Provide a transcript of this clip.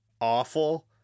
awful